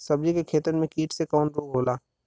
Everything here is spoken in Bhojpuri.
सब्जी के खेतन में कीट से कवन रोग होला?